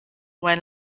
when